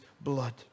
blood